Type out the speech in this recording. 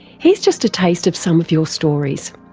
here's just a taste of some of your stories.